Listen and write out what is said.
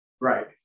Right